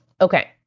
Okay